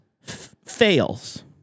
fails